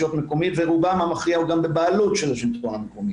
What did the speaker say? מקומית ורובם המכריע הוא גם בבעלות של רשות מקומית.